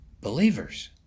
believers